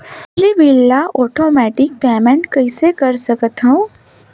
बिजली बिल ल automatic payment कइसे कर सकथव?